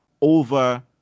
over